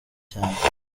cyane